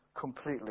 completely